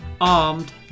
armed